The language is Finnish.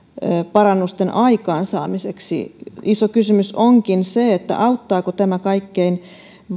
parannusten aikaansaamiseksi iso kysymys onkin se auttaako tämä kaikkein